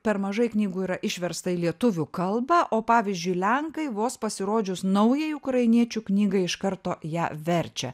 per mažai knygų yra išversta į lietuvių kalbą o pavyzdžiui lenkai vos pasirodžius naujai ukrainiečių knygai iš karto ją verčia